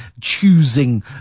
choosing